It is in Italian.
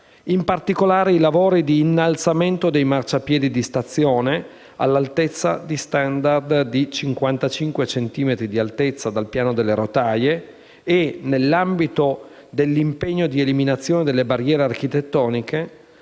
in particolare i lavori di innalzamento dei marciapiedi di stazione all'altezza *standard* di 55 centimetri di altezza dal piano delle rotaie e, nell'ambito dell'impegno di eliminazione delle barriere architettoniche,